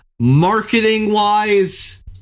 marketing-wise